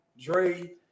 dre